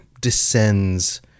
descends